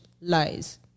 Lies